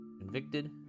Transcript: convicted